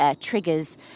triggers